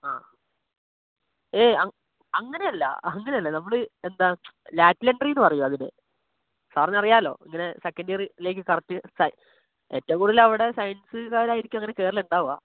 ആ ഏ അംഗ് അങ്ങനെയല്ല അങ്ങനെയല്ല നമ്മൾ എന്താ ലാറ്റെൽ എന്ട്രീ എന്ന് പറയും അതിന് സാറിനറിയാമല്ലോ ഇങ്ങനെ സെക്കന്ഡ് ഇയറിലേക്ക് കറക്റ്റ് സൈ ഏറ്റവും കൂടുതലവിടെ സയന്സ്കാരാരിക്കും അങ്ങനെ കയറലുണ്ടാവുക